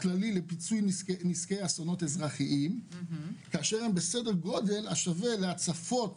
כללי לפיצוי נזקי אסונות אזרחיים כאשר הם בסדר גולש של הצפות